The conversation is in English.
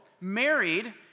married